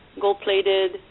gold-plated